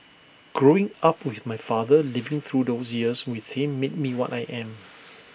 growing up with my father living through those years with him made me what I am